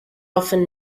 often